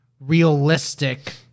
realistic